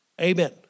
Amen